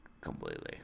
Completely